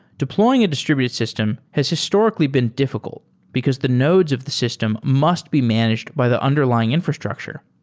deploying a distributed system has historically been difficult because the nodes of the system must be managed by the underlying infrastructure.